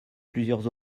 plusieurs